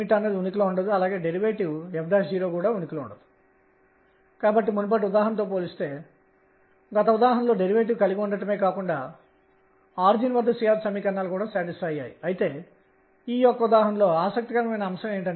అందువలన ఇక్కడ నుండి ఈ సమాకలని sin 1 θsin 1 L2 Lz2sin2dθ అవుతుంది